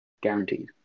guaranteed